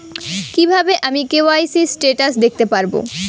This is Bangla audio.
কিভাবে আমি কে.ওয়াই.সি স্টেটাস দেখতে পারবো?